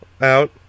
out